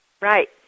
Right